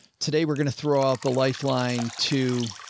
today we're going to throw out the lifeline to.